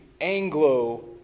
Anglo